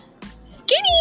skinny